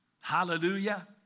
Hallelujah